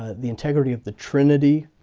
the integrity of the trinity,